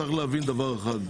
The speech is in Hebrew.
צריך להבין דבר אחד.